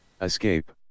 Escape